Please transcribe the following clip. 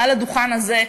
מעל הדוכן הזה,